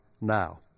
now